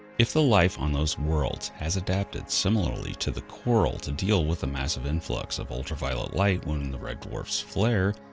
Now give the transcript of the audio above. if the life on those worlds has adapted similarly to the coral to deal with the massive influx of ultraviolet light when and the red dwarf flares,